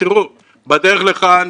בדרך לכאן,